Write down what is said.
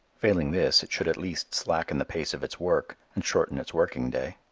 failing this, it should at least slacken the pace of its work and shorten its working day.